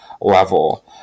level